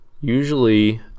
usually